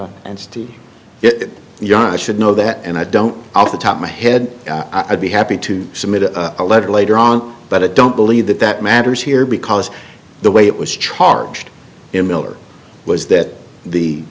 ya should know that and i don't off the top of my head i'd be happy to submit a letter later on but i don't believe that that matters here because the way it was charged in miller was that the